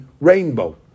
rainbow